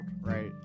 right